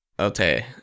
Okay